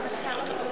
חוק ומשפט נתקבלה.